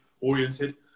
oriented